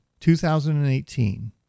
2018